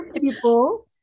people